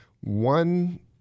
one